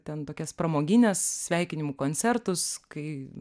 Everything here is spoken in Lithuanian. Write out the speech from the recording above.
ten tokias pramogines sveikinimų koncertus kai